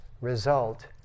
result